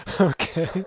Okay